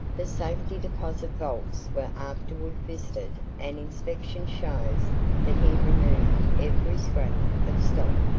the safety deposit vaults were afterward visited and inspection shows that he removed every scrap of stock,